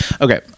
okay